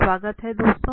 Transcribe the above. स्वागत है दोस्तों